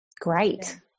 Great